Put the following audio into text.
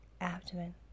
abdomen